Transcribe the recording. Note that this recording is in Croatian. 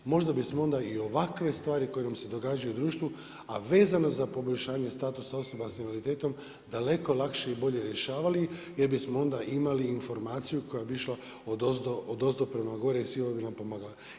Možda bismo onda i ovakve stvari koje vam se događaju u društvu, a vezano za poboljšanje statusa osoba sa invaliditetom, daleko lakše i bolje rješavali jer bismo onda imali informaciju koja bi onda išla odozdo prema gore i sigurno bi nam pomogla.